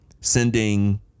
sending